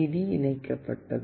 D இணைக்கப்பட்டது